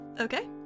Okay